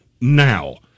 Now